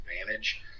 advantage